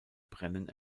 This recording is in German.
brennen